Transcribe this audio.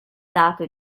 dato